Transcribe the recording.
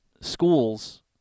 schools